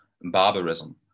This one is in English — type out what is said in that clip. barbarism